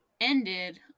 ended